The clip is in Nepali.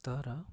तर